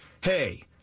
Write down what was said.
Hey